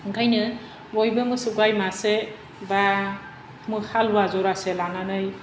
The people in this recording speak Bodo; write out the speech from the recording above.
ओंखायनो बयबो मोसौ गाइ मासे बा हालुवा जरासे लानानै